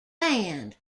band